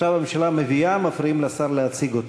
עכשיו הממשלה מביאה, ומפריעים לשר להציג אותו.